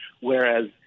whereas